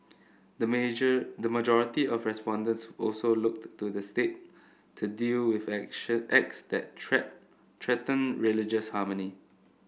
the major the majority of respondents also looked to the state to deal with action acts that threat threaten religious harmony